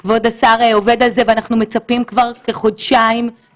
אני רוצה לומר שגם במלחמה הזו אנחנו צריכים לראות